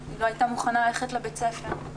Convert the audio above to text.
היא לא הייתה מוכנה ללכת לבית הספר.